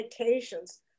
medications